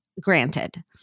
granted